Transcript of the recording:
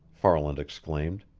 farland exclaimed.